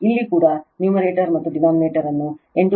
ಇಲ್ಲಿ ಕೂಡ ನ್ಯೂಮರೇಟರ್ ಮತ್ತು ಡಿನಾಮಿನೇಟರ್ ಅನ್ನು 8